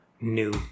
new